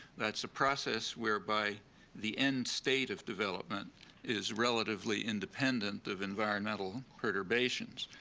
that's a process whereby the end state of development is relatively independent of environmental perturbations,